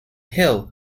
hill